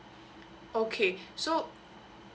okay so